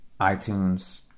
iTunes